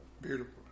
Beautiful